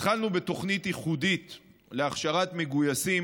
התחלנו בתוכנית ייחודית להכשרת מגויסים